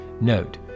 Note